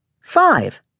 Five